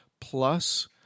plus